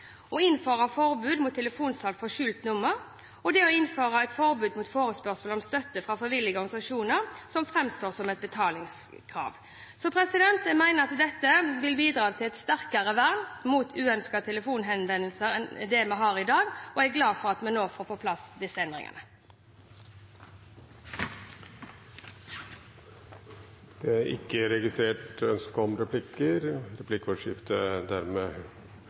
å innføre forbud mot telefonsalg fra skjult nummer og å innføre forbud mot forespørsel om støtte fra frivillige organisasjoner som framstår som et betalingskrav. Jeg mener at dette vil bidra til et sterkere vern mot uønskede telefonhenvendelser enn det vi har i dag, og jeg er glad for at vi nå får på plass disse endringene. Flere har ikke bedt om